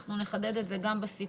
אנחנו נחדד את זה גם בסיכום.